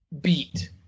beat